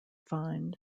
find